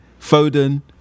Foden